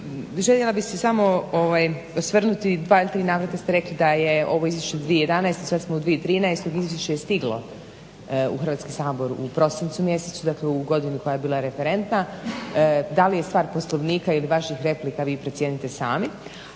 željela bih se samo osvrnuti dva ili tri ste rekli da je ovo izvješće 2011., sada smo u 2013.izvješće je stiglo u Hrvatski sabor u prosincu mjesecu dakle u godinu koja je bila referentna. Da li je stvar Poslovnika ili vaših replika vi procijenite sami.